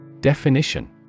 Definition